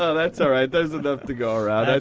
ah that's all right. there's enough to go around. that's